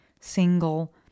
single